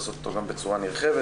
בצורה נרחבת.